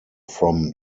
from